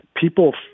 people